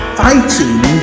fighting